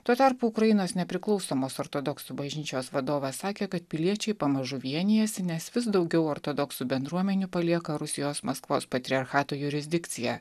tuo tarpu ukrainos nepriklausomos ortodoksų bažnyčios vadovas sakė kad piliečiai pamažu vienijasi nes vis daugiau ortodoksų bendruomenių palieka rusijos maskvos patriarchato jurisdikciją